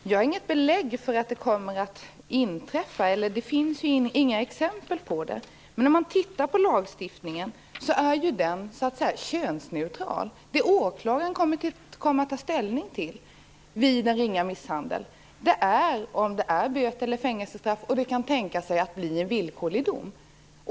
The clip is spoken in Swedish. Herr talman! Jag har inget belägg för att något kommer att inträffa. Det finns inga exempel. Lagstiftningen är könsneutral. Åklagaren kommer vid en ringa misshandel att ta ställning till frågan om det skall utdömas böter eller fängelsestraff och om det kan bli en villkorlig dom.